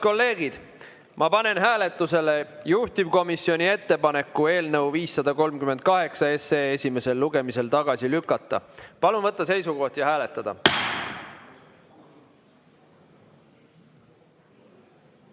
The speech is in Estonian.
kolleegid, ma panen hääletusele juhtivkomisjoni ettepaneku eelnõu 538 esimesel lugemisel tagasi lükata. Palun võtta seisukoht ja hääletada!